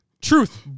Truth